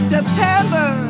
September